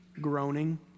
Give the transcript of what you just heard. groaning